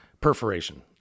Perforation